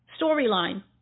storyline